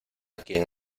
quien